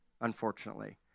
unfortunately